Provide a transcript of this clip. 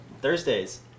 Thursdays